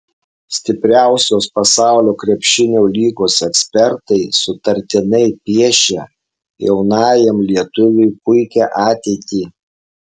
stipriausios pasaulio krepšinio lygos ekspertai sutartinai piešia jaunajam lietuviui puikią ateitį